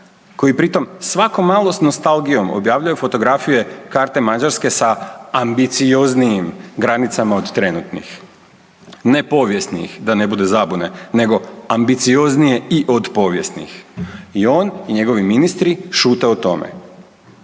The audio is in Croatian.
koji pritom svakom malo s nostalgijom objavljuje fotografije karte Mađarske sa ambicioznijim granicama od trenutnih. Ne povijesnih da ne bude zabune, nego ambicioznije i od povijesnih i on i njegovi ministri šute o tome.